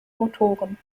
motoren